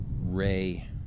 Ray